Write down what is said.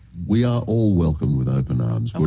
we're all welcomed with open arms. i mean